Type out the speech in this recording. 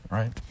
right